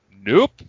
nope